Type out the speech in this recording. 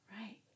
Right